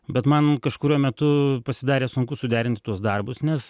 bet man kažkuriuo metu pasidarė sunku suderinti tuos darbus nes